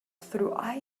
through